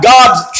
God's